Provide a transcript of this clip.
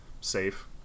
safe